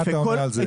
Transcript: מה אתה אומר על זה?